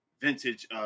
Vintage